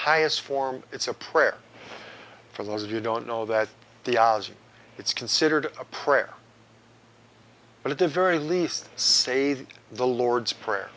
highest form it's a prayer for those of you don't know that it's considered a prayer but at the very least say the lord's prayer